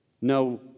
no